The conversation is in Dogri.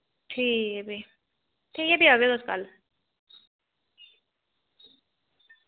ठीक ऐ फ्ही ठीक ऐ फ्ही आवएओ तुस कल